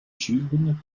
diurne